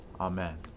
Amen